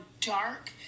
dark